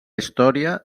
història